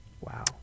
Wow